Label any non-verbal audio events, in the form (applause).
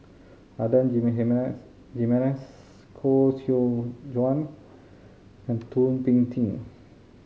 Adan (unintelligible) Jimenez Koh Seow Chuan and Thum Ping Tjin